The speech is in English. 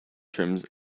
trims